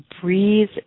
breathe